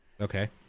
Okay